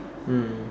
mm